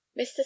Mr